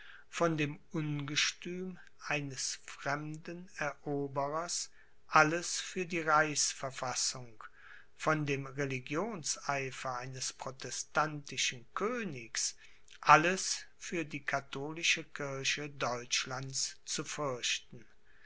von dem ungestüm eines fremden eroberers alles für die reichsverfassung von dem religionseifer eines protestantischen königs alles für die katholische kirche deutschlands zu fürchten